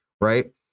Right